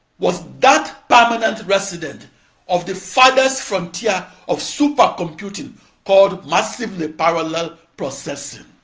was that permanent resident of the farthest frontier of supercomputing called massively parallel processing.